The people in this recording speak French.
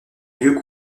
lieu